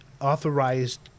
authorized